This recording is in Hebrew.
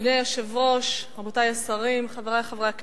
אדוני היושב ראש, רבותי השרים, חברי חברי הכנסת,